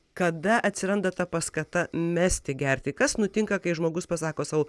kada atsiranda ta paskata mesti gerti kas nutinka kai žmogus pasako sau